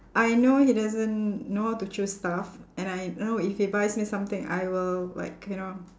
I know he doesn't know how to choose stuff and I know if he buys me something I will like you know